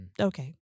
okay